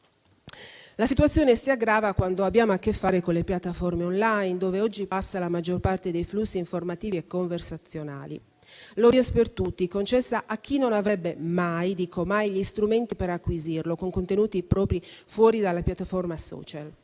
La situazione si aggrava quando abbiamo a che fare con le piattaforme *online*, dove oggi passa la maggior parte dei flussi informativi e conversazionali. L'*audience* per tutti, concessa a chi non avrebbe mai - dico mai - gli strumenti per acquisirlo con contenuti propri fuori dalla piattaforma *social*.